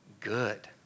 good